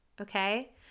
okay